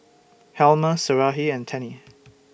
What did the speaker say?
Helmer Sarahi and Tennie